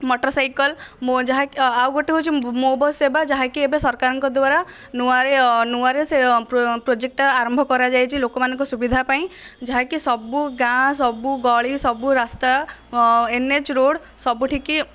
motorcycle ମୋ ଯାହା ଆଉ ଗୋଟେ ହେଉଛି ମୋ ବସ୍ ସେବା ଯାହାକି ଏବେ ସରକାରଙ୍କ ଦ୍ୱାରା ନୂଆରେ ସେ ନୂଆରେ ପ୍ରୋଜେକ୍ଟ୍ଟା ଆରମ୍ଭ କରାଯାଇଛି ଲୋକମାନଙ୍କ ସୁବିଧା ପାଇଁ ଯାହାକି ସବୁ ଗାଁ ସବୁ ଗଳି ସବୁ ରାସ୍ତା ଏନ୍ ଏଚ୍ ରୋଡ଼୍ ସବୁଠିକି